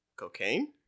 Cocaine